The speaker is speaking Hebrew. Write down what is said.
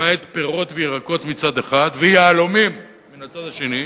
למעט פירות וירקות מצד אחד ויהלומים מן הצד השני,